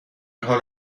حال